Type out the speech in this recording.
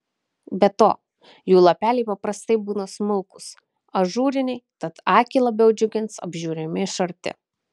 be to jų lapeliai paprastai būna smulkūs ažūriniai tad akį labiau džiugins apžiūrimi iš arti